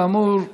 כאמור,